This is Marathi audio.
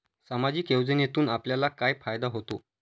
सामाजिक योजनेतून आपल्याला काय फायदा होतो?